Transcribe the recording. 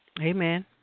Amen